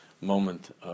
moment